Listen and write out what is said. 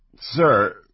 Sir